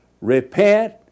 Repent